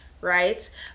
right